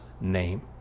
name